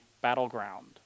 battleground